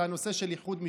הנושא של איחוד משפחות.